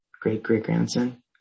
great-great-grandson